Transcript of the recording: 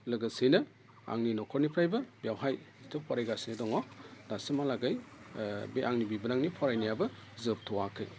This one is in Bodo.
लोगोसेयैनो आंनि न'खरनिफ्रायबो बेवहाय जिथु फरायगासिनो दङ दासिमहालागै बे आंनि बिबोनांनि फरायनायाबो जोबथ'आखै